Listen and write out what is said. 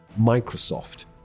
Microsoft